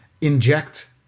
inject